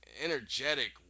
energetic